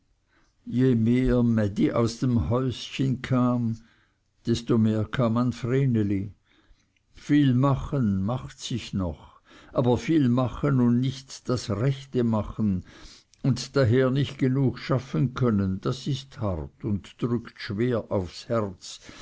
je mehr mädi aus dem häuschen kam desto mehr kam an vreneli viel machen macht sich noch aber viel machen und nicht das rechte machen und daher nicht genug schaffen können das ist hart und drückt schwer aufs herz